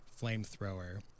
flamethrower